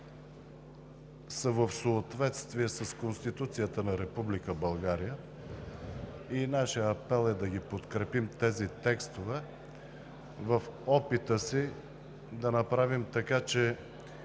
са в съответствие с Конституцията на Република България и нашият апел е да подкрепим тези текстове в опита си да направим така, че